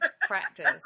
practice